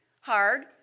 hard